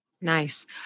Nice